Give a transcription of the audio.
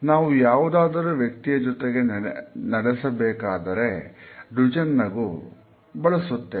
ನಾವು ಯಾವುದಾದರೂ ವ್ಯಕ್ತಿಯ ಜೊತೆಗೆ ನಡೆಸಬೇಕಾದರೆ ಡುಚೆನ್ ನಗು ಬಳಸುತ್ತೇವೆ